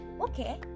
okay